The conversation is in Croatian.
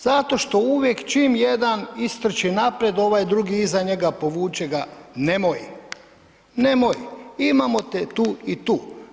Zato što uvijek čim jedan istrči naprijed, ovaj drugi iza njega, povuče ga, nemoj, nemoj, imamo te tu i tu.